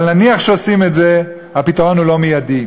אבל נניח שעושים את זה, הפתרון הוא לא מיידי.